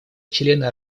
члены